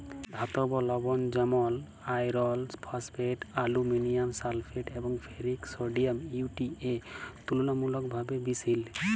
ধাতব লবল যেমল আয়রল ফসফেট, আলুমিলিয়াম সালফেট এবং ফেরিক সডিয়াম ইউ.টি.এ তুললামূলকভাবে বিশহিল